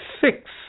six